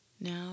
now